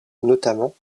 notamment